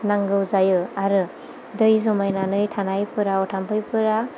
नांगौ जायो आरो दै जमायनानै थानायफोराव थाम्फैफोरा